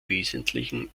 wesentlichen